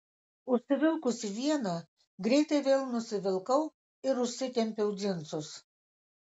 užsivilkusi vieną greitai vėl nusivilkau ir užsitempiau džinsus